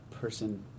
person